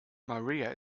maria